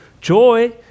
Joy